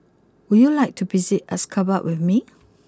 would you like to visit Ashgabat with me